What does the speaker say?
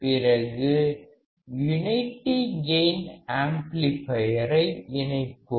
பிறகு unity gain ஆம்ப்ளிபையரை இணைப்போம்